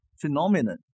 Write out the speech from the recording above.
phenomenon